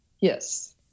Yes